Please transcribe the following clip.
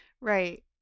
right